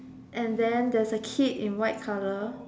and then there's a kid in white colour